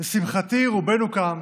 לשמחתי, רובנו כאן